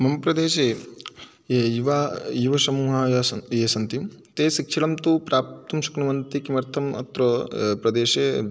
मम प्रदेशे ये युवा युवसमूहः या सन् ये सन्ति ते शिक्षणं तु प्राप्तुं शक्नुवन्ति किमर्थम् अत्र प्रदेशे